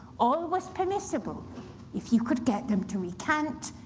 all was permissible if you could get them to recant,